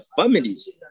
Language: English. families